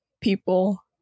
people